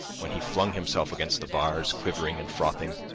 when he flung himself against the bars, quivering and frothing,